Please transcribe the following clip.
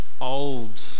old